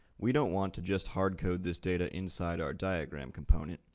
we don't want to just hardcode this data inside our diagram component,